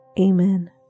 Amen